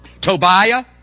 Tobiah